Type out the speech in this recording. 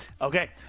Okay